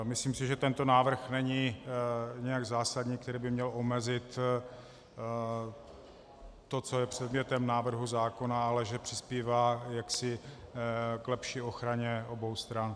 Myslím si, že tento návrh není nijak zásadní, který by měl omezit to, co je předmětem návrhu zákona, ale že přispívá k lepší ochraně obou stran.